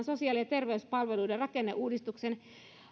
sosiaali ja terveyspalveluiden rakenneuudistuksen